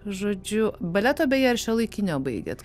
žodžiu baleto beje ar šiuolaikinio baigėt